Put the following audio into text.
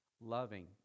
loving